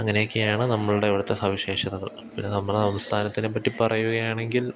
അങ്ങനെ ഒക്കെയാണ് നമ്മളുടെ ഇവിടത്തെ സവിശേഷതകൾ പിന്നെ നമ്മുടെ സംസ്ഥാനത്തിനെപ്പറ്റി പറയുക ആണെങ്കിൽ